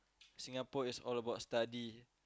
Singapore is all about study